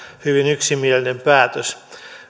hyvin yksimielinen päätös